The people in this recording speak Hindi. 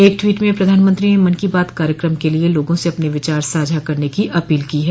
एक टवीट में प्रधानमंत्री ने मन की बात कार्यक्रम के लिए लोगों से अपने विचार साझा करने की अपील की है